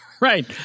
Right